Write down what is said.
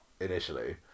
initially